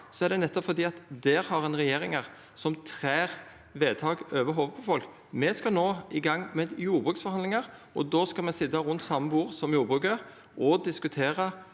er det nettopp fordi ein der har regjeringar som trer vedtak ned over hovudet på folk. Me skal no i gang med jordbruksforhandlingar, og då skal me sitja rundt same bordet som jordbruket og diskutera